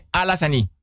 alasani